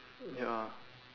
ya